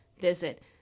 visit